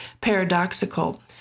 paradoxical